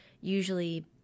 usually